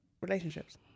relationships